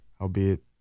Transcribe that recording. albeit